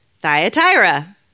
Thyatira